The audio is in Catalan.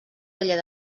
taller